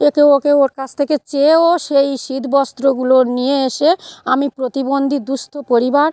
একে ওকে ওর কাছ থেকে চেয়েও সেই শীত বস্ত্রগুলো নিয়ে এসে আমি প্রতিব দুঃস্ত পরিবার